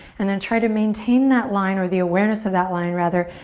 and then try to maintain that line or the awareness of that line, rather,